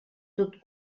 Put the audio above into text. tot